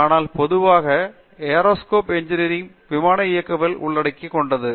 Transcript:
ஆனால் பொதுவாக aerospace engineering விமான இயக்கவியலை உள்ளடக்கி கொண்டது